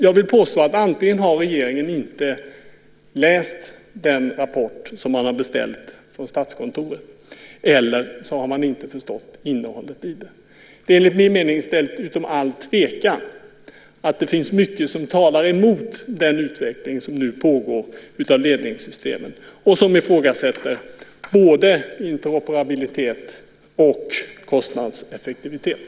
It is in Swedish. Jag vill påstå att antingen har regeringen inte läst den rapport som man har beställt från Statskontoret eller också har man inte förstått innehållet i den. Det är enligt min mening ställt utom allt tvivel att det finns mycket som talar emot den utveckling som nu pågår av ledningssystemen och som ifrågasätter både interoperabilitet och kostnadseffektivitet.